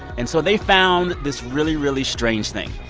and so they found this really, really strange thing.